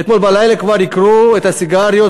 אתמול בלילה כבר ייקרו את הסיגריות,